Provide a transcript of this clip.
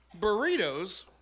burritos